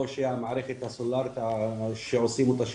או שהמערכת הסולארית שעושים אותה,